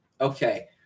Okay